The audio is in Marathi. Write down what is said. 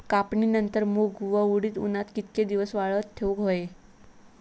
कापणीनंतर मूग व उडीद उन्हात कितके दिवस वाळवत ठेवूक व्हये?